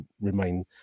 remain